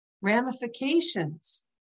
ramifications